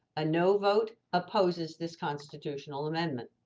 a no vote opposes this constitutional amendment